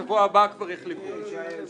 למה אנחנו מבזבזים את הזמן?